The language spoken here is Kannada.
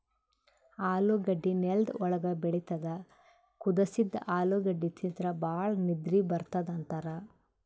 ಆಲೂಗಡ್ಡಿ ನೆಲ್ದ್ ಒಳ್ಗ್ ಬೆಳಿತದ್ ಕುದಸಿದ್ದ್ ಆಲೂಗಡ್ಡಿ ತಿಂದ್ರ್ ಭಾಳ್ ನಿದ್ದಿ ಬರ್ತದ್ ಅಂತಾರ್